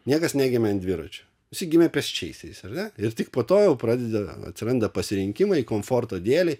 niekas negimė ant dviračio visi gimę pėsčiaisiais ar ne ir tik po to jau pradeda atsiranda pasirinkimai komforto dėlei